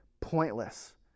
pointless